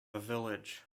village